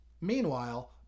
Meanwhile